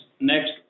next